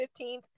15th